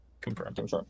confirmed